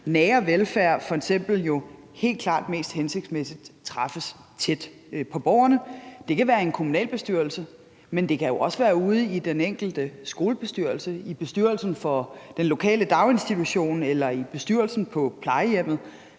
nære velfærd f.eks. jo helt klart mest hensigtsmæssigt træffes tæt på borgerne. Det kan være i en kommunalbestyrelse, men det kan jo også være ude i den enkelte skolebestyrelse, i bestyrelsen for den lokale daginstitution eller i bestyrelsen på plejehjemmet.